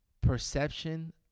perception